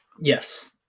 yes